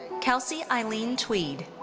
kelsey eileen tweed.